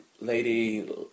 Lady